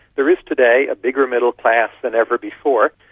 there is today a bigger middle-class than ever before,